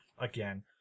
again